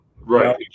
Right